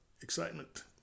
excitement